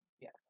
Yes